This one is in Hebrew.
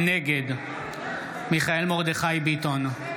נגד מיכאל מרדכי ביטון,